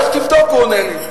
לך תבדוק, הוא עונה לי.